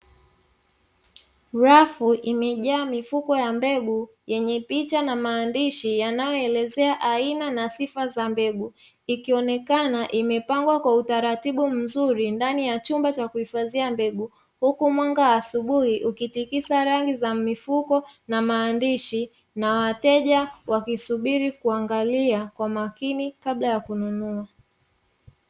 Rafu imejaa mifuko ya mbegu, yenye picha na maandishi yanayoelezea aina na sifa za mbegu, ikionekana imepangwa kwa utaratibu mzuri ndani ya chumba cha kuhifadhia mbegu, huku mwanga wa asubuhi ukitikisa rangi za mifuko na maandishi na wateja wakisubiri kuangalia kwa makini kabla ya kununua.